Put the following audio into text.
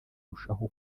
urushaho